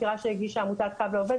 עתירה שהגישה עמותת "קו לעובד".